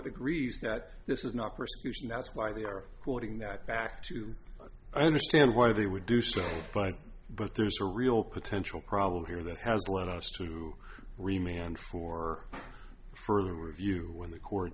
agrees that this is not persecution that's why they are quoting that back to understand why they would do so but but there's a real potential problem here that has allowed us to remain and for further review when the court